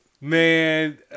Man